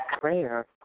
prayer